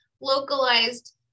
localized